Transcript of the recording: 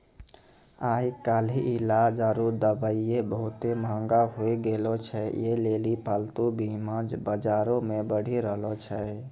आइ काल्हि इलाज आरु दबाइयै बहुते मंहगा होय गैलो छै यहे लेली पालतू बीमा बजारो मे बढ़ि रहलो छै